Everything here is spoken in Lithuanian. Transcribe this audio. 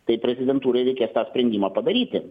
tai prezidentūrai reikės tą sprendimą padaryti